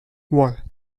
wall